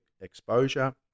exposure